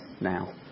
now